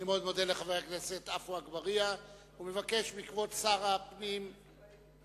אני מאוד מודה לחבר הכנסת עפו אגבאריה ומבקש מכבוד שר הפנים לעלות.